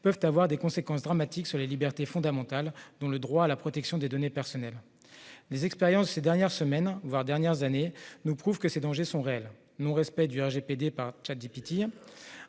peuvent avoir des conséquences dramatiques pour les libertés fondamentales, notamment le droit à la protection des données personnelles. Les expériences de ces dernières semaines, voire de ces dernières années, nous prouvent que ces dangers sont réels : qu'il s'agisse du non-respect du RGPD par ChatGPT,